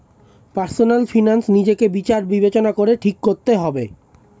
personal finance নিজেকে বিচার বিবেচনা করে ঠিক করতে হবে